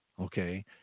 Okay